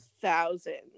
thousands